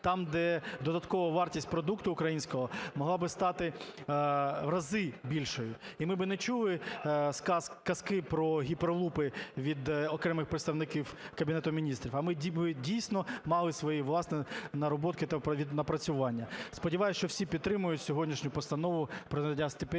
там, де додаткова вартість продукту українського могла б стати в рази більшою. І ми б не чули казки про гіперлупи від окремих представників Кабінету Міністрів, а ми б, дійсно, мали свої власні наработки та напрацювання. Сподіваюсь, що всі підтримують сьогоднішню Постанову про надання стипендій